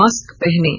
mask पहनें